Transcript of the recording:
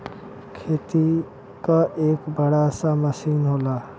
खेती क एक बड़ा सा मसीन होला